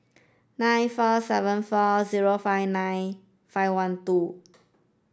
nine four seven four zero five nine five one two